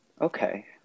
Okay